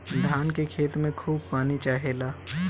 धान के खेत में खूब पानी चाहेला